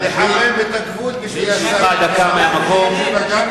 חימם את הגבול בשביל, גם ישראל?